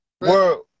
world